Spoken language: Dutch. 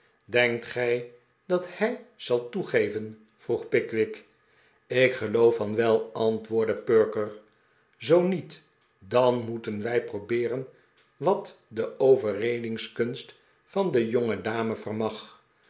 denkt gij dat hij zal toegeveri vroeg pickwick ik geloof van wel antwoordde perker zoo niet dan moeten wij probeeren wat de overredingskunst van de jongedame vermag